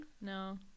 No